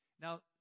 Now